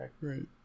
Right